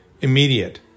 immediate